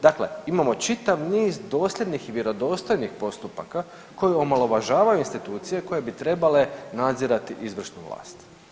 Dakle, imamo čitav niz dosljednih, vjerodostojnih postupaka koji omalovažavaju institucije koje bi trebale nadzirati izvršnu vlast.